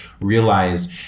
realized